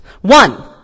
One